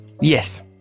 Yes